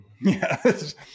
Yes